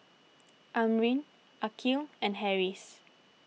Amrin Aqil and Harris